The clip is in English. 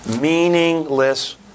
meaningless